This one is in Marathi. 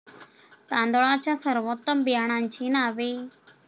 तांदळाच्या सर्वोत्तम बियाण्यांची नावे?